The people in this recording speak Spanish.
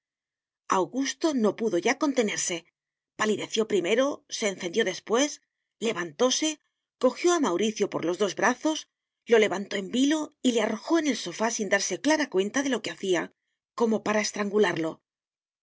augusto no pudo ya contenerse palideció primero se encendió después levantóse cojió a mauricio por los dos brazos lo levantó en vilo y le arrojó en el sofá sin darse clara cuenta de lo que hacía como para estrangularlo